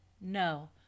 No